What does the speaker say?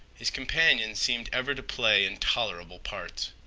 his companions seemed ever to play intolerable parts.